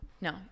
No